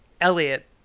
Elliot